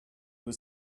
was